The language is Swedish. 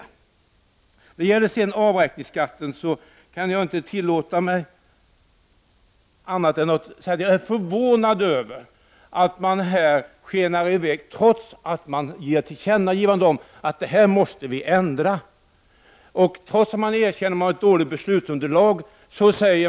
När det gäller avräkningsskatten är jag förvånad över att utskottet skenar i väg, trots att man vill ge regeringen till känna att en ändring måste göras. Utskottet fastställer avräkningsskatten för ett antal år, trots att man erkänner att beslutsunderlaget är dåligt.